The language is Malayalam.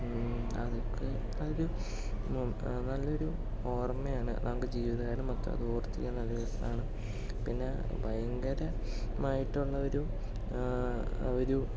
അതൊക്കെ അത് നല്ല ഒരു ഓർമയാണ് നമുക്ക് ജീവിതകാലം മൊത്തം അത് ഓർത്തിരിക്കാൻ നല്ല രസമാണ് പിന്നെ ഭയങ്കരമായിട്ടുള്ള ഒരു ഒരു